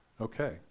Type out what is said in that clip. Okay